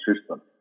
system